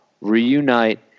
Reunite